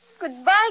Goodbye